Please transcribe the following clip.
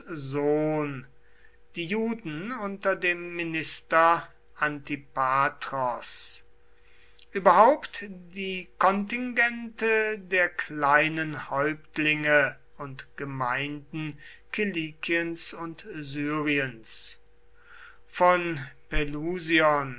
sohn die juden unter dem minister antipatros überhaupt die kontingente der kleinen häuptlinge und gemeinden kilikiens und syriens von pelusion